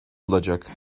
olacak